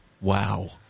Wow